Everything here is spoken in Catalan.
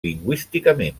lingüísticament